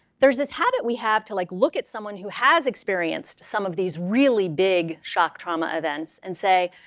there's this habit we have to like look at someone who has experienced some of these really big shock trauma events and say,